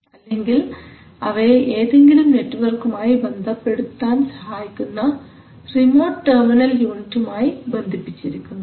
അല്ലെങ്കിൽ അവയെ ഏതെങ്കിലും നെറ്റ് വർക്കുമായി ബന്ധപ്പെടുത്താൻ സഹായിക്കുന്ന റിമോട്ട് ടെർമിനൽ യൂണിറ്റുമായി ബന്ധിപ്പിച്ചിരിക്കുന്നു